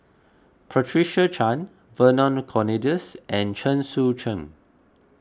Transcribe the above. Patricia Chan Vernon Cornelius and Chen Sucheng